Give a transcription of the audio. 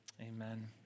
amen